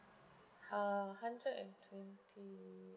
ah hundred and twenty